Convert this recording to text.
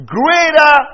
greater